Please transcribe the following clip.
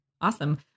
Awesome